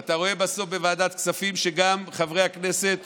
ואתה רואה בסוף בוועדת כספים שגם חברי הכנסת